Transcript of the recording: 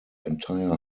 entire